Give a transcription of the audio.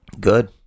Good